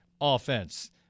offense